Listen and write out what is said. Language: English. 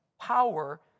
power